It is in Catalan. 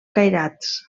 cairats